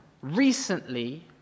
recently